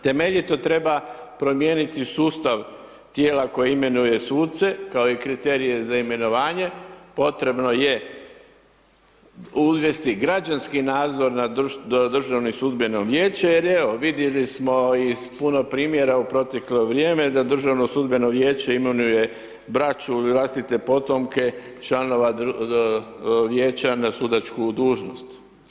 Temeljito treba promijeniti sustav tijela koje imenuje suce, kao i kriterije za imenovanje, potrebno je uvesti građanski nadzor nad Državno sudbeno vijeće jer evo vidjeli smo iz puno primjera u proteklo vrijeme da Državno sudbeno vijeće imenuje braću, vlastite potomke članova vijeća na sudačku dužnost.